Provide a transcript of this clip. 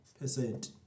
percent